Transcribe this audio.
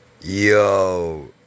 Yo